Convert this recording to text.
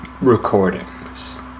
recordings